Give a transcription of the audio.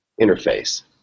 interface